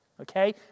Okay